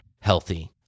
healthy